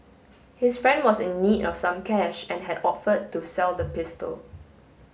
his friend was in need of some cash and had offered to sell the pistol